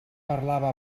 parlava